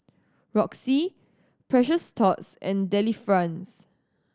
Roxy Precious Thots and Delifrance